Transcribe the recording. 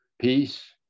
peace